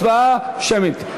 הצבעה שמית.